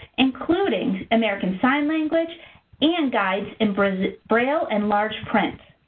including american sign language and guides in braille braille and large print.